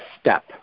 Step